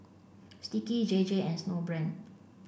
Sticky J J and Snowbrand